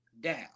down